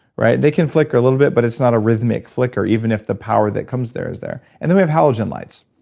they can flicker a little bit but it's not a rhythmic flicker, even if the power that comes there is there. and then we have halogen lights.